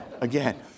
Again